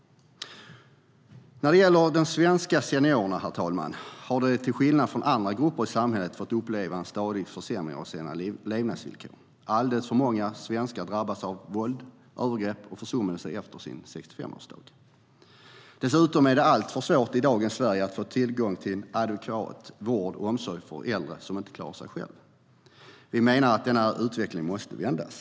När det gäller de svenska seniorerna har de till skillnad från andra grupper i samhället fått uppleva en stadig försämring av sina levnadsvillkor. Alldeles för många svenskar drabbas av våld, övergrepp och försummelser efter sin 65-årsdag. Dessutom är det alltför svårt i dagens Sverige att få tillgång till adekvat vård och omsorg för äldre som inte klarar sig själva. Vi menar att denna utveckling måste vändas.